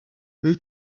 who